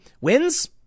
wins